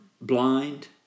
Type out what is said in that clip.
blind